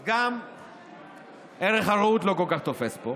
אז גם ערך הרעות לא כל כך תופס פה,